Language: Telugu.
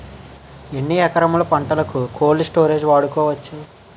ఎన్ని రకములు పంటలకు కోల్డ్ స్టోరేజ్ వాడుకోవచ్చు?